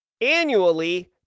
annually